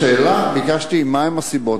ביקשתי, מה הן הסיבות.